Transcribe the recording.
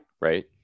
Right